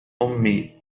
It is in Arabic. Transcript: أمي